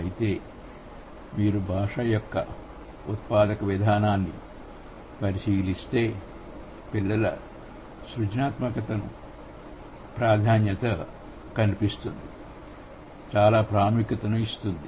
అయితే మీరు భాష యొక్క ఉత్పాదక విధానాన్ని పరిశీలిస్తే పిల్లల సృజనాత్మకతకు ప్రాధాన్యత ఇస్తుంది చాలా ప్రాముఖ్యతను ఇస్తుంది